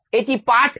এটি part a